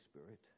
Spirit